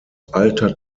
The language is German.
alter